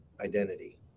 identity